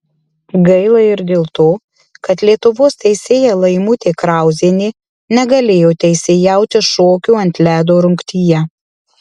gaila ir dėl to kad lietuvos teisėja laimutė krauzienė negalėjo teisėjauti šokių ant ledo rungtyje